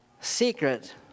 secret